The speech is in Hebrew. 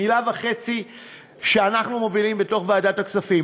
מילה וחצי על מה שאנחנו מובילים, בוועדת הכספים.